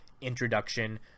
introduction